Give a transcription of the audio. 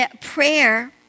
prayer